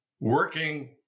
working